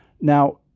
Now